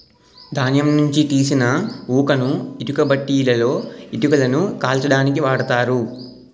ధాన్యం నుంచి తీసిన ఊకను ఇటుక బట్టీలలో ఇటుకలను కాల్చడానికి ఓడుతారు